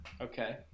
okay